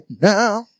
now